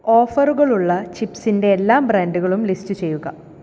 ഓഫറുകളുള്ള ചിപ്സിന്റെ എല്ലാ ബ്രാൻഡുകളും ലിസ്റ്റ് ചെയ്യുക